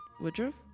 Woodruff